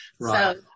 Right